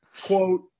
Quote